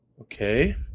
okay